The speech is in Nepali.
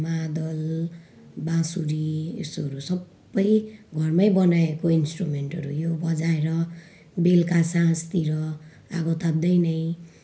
मादल बाँसुरी यस्तोहरू सबै घरमै बनाएको इन्स्ट्रुमेन्टहरू यो बजाएर बेलुका साँझतिर आगो ताप्दै नै